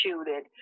shooting